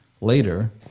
later